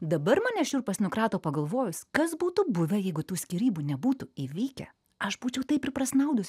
dabar mane šiurpas nukrato pagalvojus kas būtų buvę jeigu tų skyrybų nebūtų įvykę aš būčiau taip ir prasnaudus